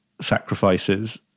sacrifices